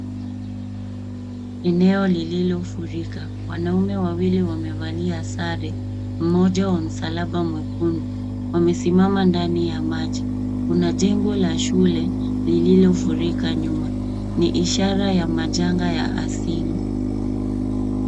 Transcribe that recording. Eneo lililofurika; wanaume wawili wamevalia sare mmoja wa msalaba mwekundu, wamesimma ndani ya maji. Kuna jengo la shule lililofurika nyuma ni ishara ya majanga ya asili.